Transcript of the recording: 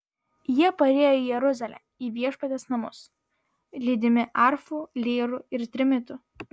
jie parėjo į jeruzalę į viešpaties namus lydimi arfų lyrų ir trimitų